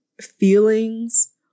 feelings